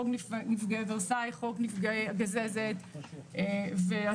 חוק נפגעי ורסאי, חוק נפגע גזזת ועוד.